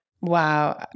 Wow